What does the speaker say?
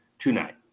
tonight